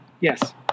Yes